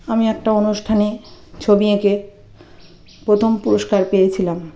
আমি একটা অনুষ্ঠানে ছবি এঁকে প্রথম পুরস্কার পেয়েছিলাম